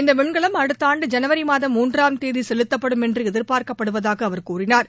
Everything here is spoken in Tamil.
இந்த விண்கலம் அடுத்த ஆண்டு ஜனவரி மாதம் மூன்றாம் தேதி செலுத்தப்படும் என்று எதிர்பார்ப்பதாக அவர் தெரிவித்தார்